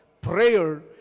prayer